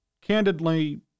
candidly